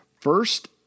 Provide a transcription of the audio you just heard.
first